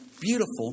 beautiful